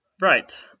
Right